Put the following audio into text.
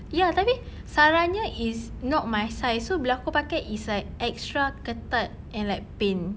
ya tapi sarah punya is not my size so bila aku pakai it's like extra ketat and like pain